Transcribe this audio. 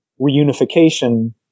reunification